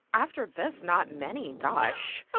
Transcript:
after this, not many. gosh.